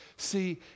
See